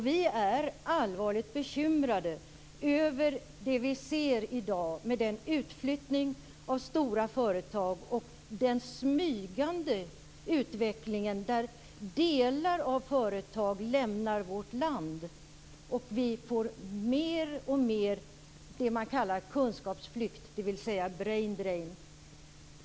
Vi är allvarligt bekymrade över den utflyttning av stora företag som vi ser i dag och den smygande utvecklingen där delar av företag lämnar vårt land. Vi får en allt större kunskapsflykt, dvs.